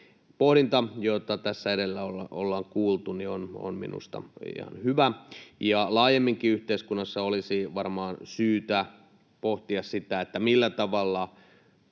pohdinta, jota tässä edellä ollaan kuultu, on minusta ihan hyvä. Laajemminkin yhteiskunnassa olisi varmaan syytä pohtia sitä, millä tavalla